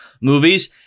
movies